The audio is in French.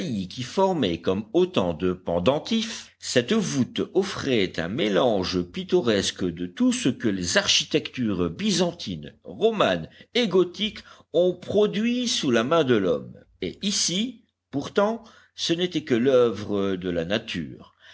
qui formaient comme autant de pendentifs cette voûte offrait un mélange pittoresque de tout ce que les architectures byzantine romane et gothique ont produit sous la main de l'homme et ici pourtant ce n'était que l'oeuvre de la nature